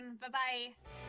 Bye-bye